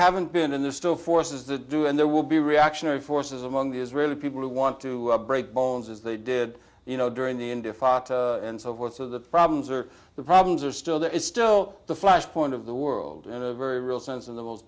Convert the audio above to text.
haven't been in the still forces the due and there will be reactionary forces among the israeli people who want to break bones as they did you know during the intifada and so forth so the problems or the problems are still there is still the flashpoint of the world in a very real sense in the most